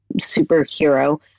superhero